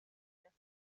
just